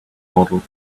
model